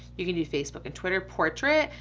you could do facebook and twitter portrait,